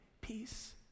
peace